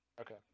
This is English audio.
Okay